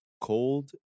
cold